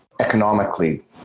economically